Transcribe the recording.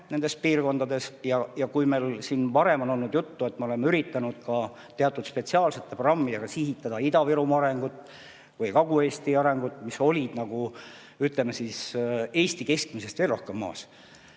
nendes piirkondades. Kui meil siin varem on olnud juttu, et me oleme üritanud ka teatud spetsiaalsete programmidega sihitada Ida-Virumaa arengut ja Kagu-Eesti arengut, mis olid nagu, ütleme siis, Eesti keskmisest rohkem maas,